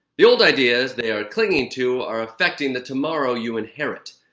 the old ideas they are clinging to are affecting the tomorrow you inherit.